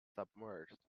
submerged